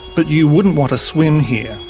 but you wouldn't want to swim here.